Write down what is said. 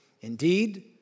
Indeed